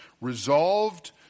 resolved